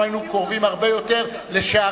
אבל אנחנו היינו קרובים הרבה יותר לשערים,